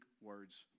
words